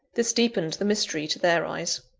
this deepened the mystery to their eyes.